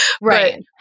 Right